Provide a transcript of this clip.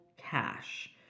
cash